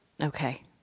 Okay